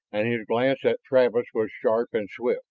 and his glance at travis was sharp and swift